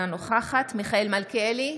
אינה נוכחת מיכאל מלכיאלי,